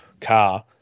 car